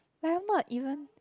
like I'm not even